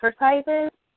exercises